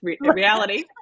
reality